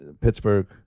Pittsburgh